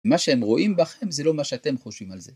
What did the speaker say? מה שהם רואים בכם זה לא מה שאתם חושבים על זה.